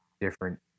different